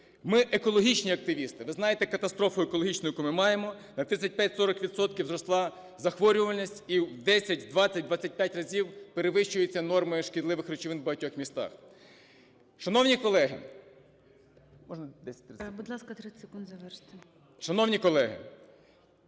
Ми – екологічні активісти. Ви знаєте катастрофу екологічну, яку ми маємо. На 35-40 відсотків зросла захворюваність. І в 10, в 20, в 25 разів перевищуються норми шкідливих речовин в багатьох містах. Шановні колеги…